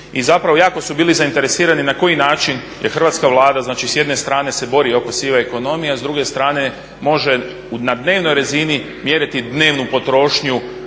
i zapravo jako su bili zainteresirani na koji način je Hrvatska vlada, znači s jedne strane se bori oko sive ekonomije, a s druge strane može na dnevnoj razini mjeriti dnevnu potrošnju